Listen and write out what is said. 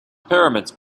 pyramids